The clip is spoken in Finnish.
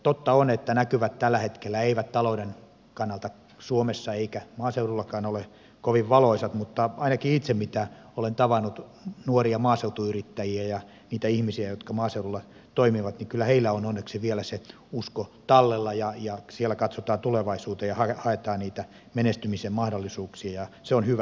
totta on että näkymät tällä hetkellä eivät talouden kannalta suomessa eikä maaseudullakaan ole kovin valoisat mutta ainakin kun itse olen tavannut nuoria maaseutuyrittäjiä ja niitä ihmisiä jotka maaseudulla toimivat niin kyllä heillä on onneksi vielä se usko tallella ja siellä katsotaan tulevaisuuteen ja haetaan niitä menestymisen mahdollisuuksia ja se on hyvä